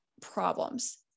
problems